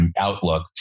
outlook